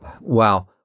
wow